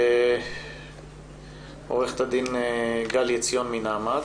עו"ד גלי עציון מנעמ"ת.